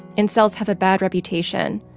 incels have a bad reputation.